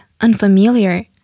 unfamiliar